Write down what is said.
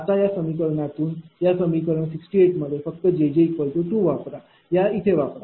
आता या समीकरणातया समीकरण 68 मध्ये फक्त jj2 वापरा या इथे वापरा